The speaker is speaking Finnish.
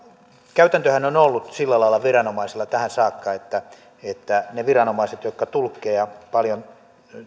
käytäntöhän on ollut sillä lailla viranomaisilla tähän saakka että että niillä viranomaisilla jotka tulkkeja paljon